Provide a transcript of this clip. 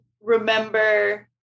remember